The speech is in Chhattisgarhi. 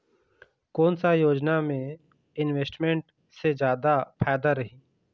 कोन सा योजना मे इन्वेस्टमेंट से जादा फायदा रही?